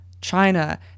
China